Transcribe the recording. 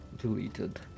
deleted